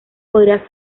podría